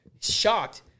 shocked